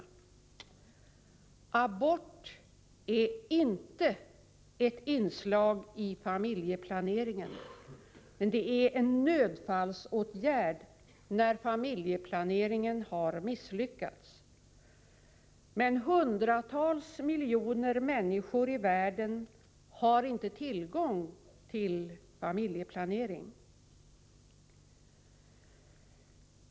Abort är inte ett inslag i familjeplaneringen. Det är en nödfallsåtgärd när familjeplaneringen har misslyckats. Men hundratals miljoner människor i världen har inte tillgång till familjeplanering.